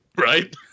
right